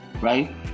right